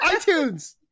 iTunes